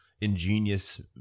ingenious